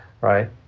Right